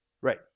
Right